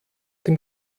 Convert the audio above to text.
dem